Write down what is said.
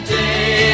day